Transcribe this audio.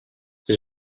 les